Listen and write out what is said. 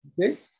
Okay